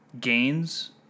gains